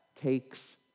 takes